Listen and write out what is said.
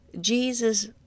Jesus